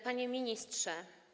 Panie Ministrze!